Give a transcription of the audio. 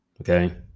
Okay